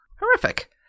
Horrific